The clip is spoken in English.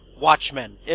Watchmen